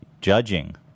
Judging